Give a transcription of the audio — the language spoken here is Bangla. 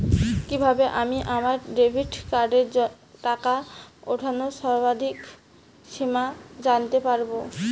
কিভাবে আমি আমার ডেবিট কার্ডের টাকা ওঠানোর সর্বাধিক সীমা জানতে পারব?